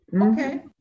Okay